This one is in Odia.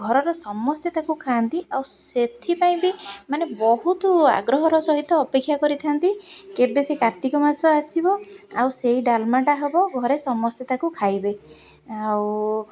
ଘରର ସମସ୍ତେ ତାକୁ ଖାଆନ୍ତି ଆଉ ସେଥିପାଇଁ ବି ମାନେ ବହୁତୁ ଆଗ୍ରହର ସହିତ ଅପେକ୍ଷା କରିଥାନ୍ତି କେବେ ସେ କାର୍ତ୍ତିକ ମାସ ଆସିବ ଆଉ ସେଇ ଡାଲମାଟା ହବ ଘରେ ସମସ୍ତେ ତାକୁ ଖାଇବେ ଆଉ